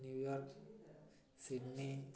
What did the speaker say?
New York Sydney